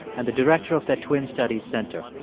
and the director of their twin studies center.